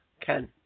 Ken